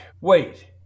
Wait